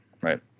right